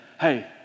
hey